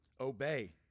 obey